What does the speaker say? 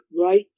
right